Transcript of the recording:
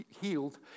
healed